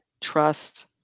Trust